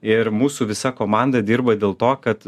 ir mūsų visa komanda dirba dėl to kad